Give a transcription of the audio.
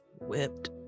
whipped